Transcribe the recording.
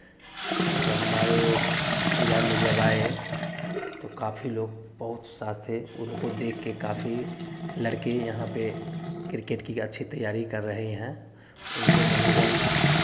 और हमारे जिला में जब आए तो काफ़ी लोग बहुत सा से उनको देख कर काफी लड़के यहाँ पर किरकेट के अच्छी तैयारी कर रहे हैं उनके मनोबल